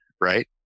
right